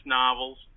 novels